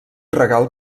regal